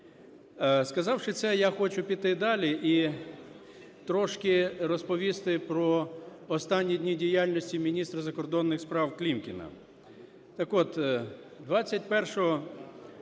Сказавши це, я хочу піти далі і трошки розповісти про останні дні діяльності міністра закордонних справ Клімкіна.